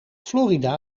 florida